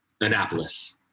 annapolis